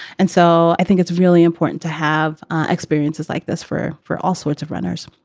and so i think it's really important to have ah experiences like this for for all sorts of runners.